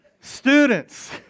Students